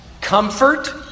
Comfort